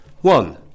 One